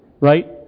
right